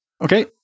Okay